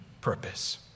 purpose